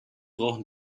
brauchen